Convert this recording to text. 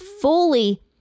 fully